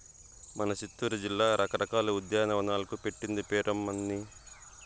మన సిత్తూరు జిల్లా రకరకాల ఉద్యానవనాలకు పెట్టింది పేరమ్మన్నీ